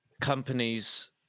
companies